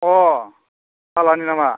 अ फाल्लानि नामा